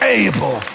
able